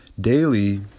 Daily